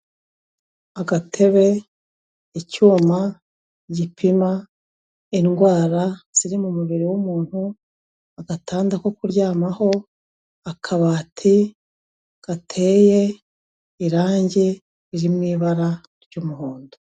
Agatebe, icyuma gipima indwara ziri mu mubiri w'umuntu, agatanda ko kuryamaho, akabati gateye irangi riri mu ibara ry'umuhondo.